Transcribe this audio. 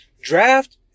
Draft